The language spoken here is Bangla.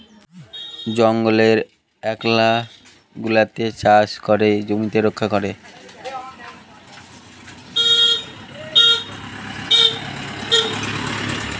জঙ্গলের এলাকা গুলাতে চাষ করে জমিকে রক্ষা করে